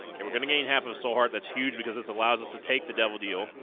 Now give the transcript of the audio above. and we're gonna gain half of so hard that's huge because this allows us to take the devil deal